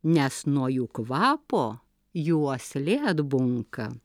nes nuo jų kvapo jų uoslė atbunka